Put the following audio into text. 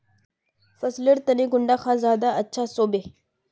फसल लेर तने कुंडा खाद ज्यादा अच्छा सोबे?